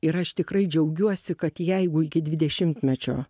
ir aš tikrai džiaugiuosi kad jeigu iki dvidešimtmečio